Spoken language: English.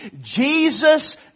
Jesus